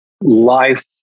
life